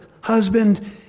husband